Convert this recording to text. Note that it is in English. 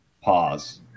pause